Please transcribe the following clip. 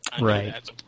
Right